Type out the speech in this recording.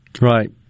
Right